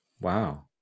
Wow